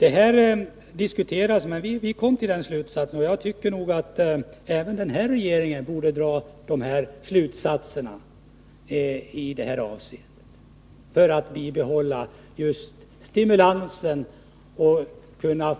Vi diskuterade alltså och kom fram till den här slutsatsen. Och även den nuvarande regeringen borde komma fram till denna slutsats i det här avseendet, för att bibehålla stimulansen och